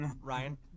Ryan